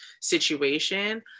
situation